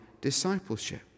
discipleship